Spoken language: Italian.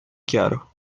chiaro